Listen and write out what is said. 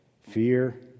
fear